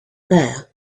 there